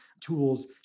tools